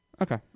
okay